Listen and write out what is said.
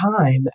time